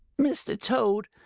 mr. toad,